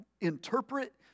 interpret